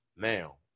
Now